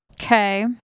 okay